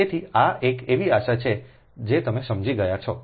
તેથી આ એક એવી આશા છે જે તમે સમજી ગયા છો